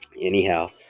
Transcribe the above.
Anyhow